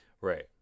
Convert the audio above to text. right